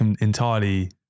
entirely